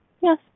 Yes